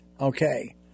okay